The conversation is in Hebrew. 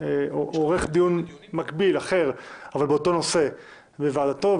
שעורך דיון מקביל, אחר אבל באותו נושא בוועדתו.